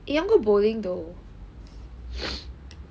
you want go bowling though